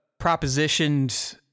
propositioned